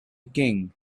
king